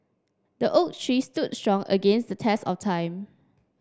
the oak tree stood strong against the test of time